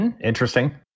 Interesting